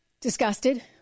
disgusted